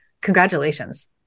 Congratulations